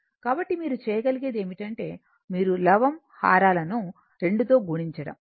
కాబట్టి మీరు చేయగలిగేది ఏమిటంటే మీరు లవం హారాలను 2 తో గుణించడం